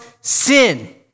sin